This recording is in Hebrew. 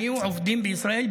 היו עובדים בישראל,